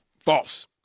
False